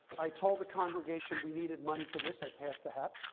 i told the congregation we needed money for this. i passed the hat.